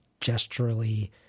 gesturally